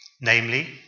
Namely